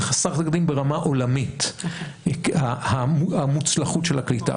זה חסר תקדים ברמה עולמית, המוצלחות של הקליטה.